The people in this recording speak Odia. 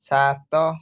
ସାତ